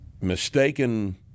mistaken